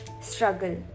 struggle